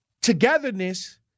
togetherness